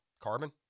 Carbon